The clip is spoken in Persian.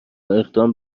اقدام